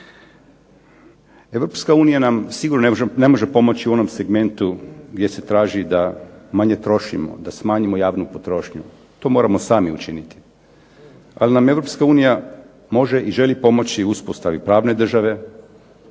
Europska unija nam sigurno ne može pomoći u onom segmentu gdje se traži da manje trošimo, da smanjimo javnu potrošnju, to moramo sami učiniti, ali nam Europska unija može i želi pomoći u uspostavi pravne države,